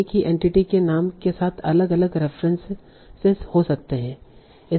एक ही एंटिटी के नाम के साथ अलग अलग रेफ़रेंस हो सकते हैं